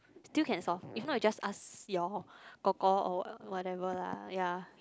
still can solve if not you just ask your kor kor or whatever lah ya